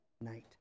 night